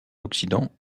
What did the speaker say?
occident